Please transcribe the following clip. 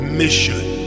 mission